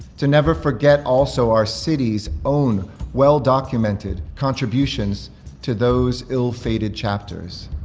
to never forget also our city's own well-documented contributions to those ill-fated chapters.